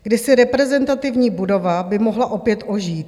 Kdysi reprezentativní budova by mohla opět ožít.